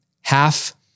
half